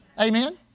Amen